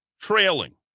trailing